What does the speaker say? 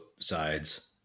sides